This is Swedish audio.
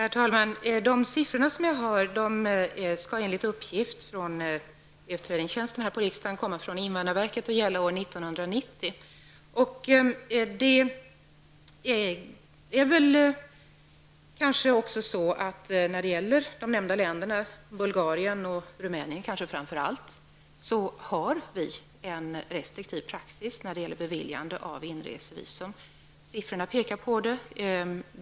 Herr talman! De siffror som jag har kommer enligt uppgift från riksdagens utredningstjänst från invandrarverket och gäller år 1990. Det är väl också så att vi när det gäller de nämnda länderna, Bulgarien och kanske framför allt Rumänien, har en restriktiv praxis för beviljande av inresevisum. Siffrorna pekar på detta.